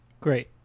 Great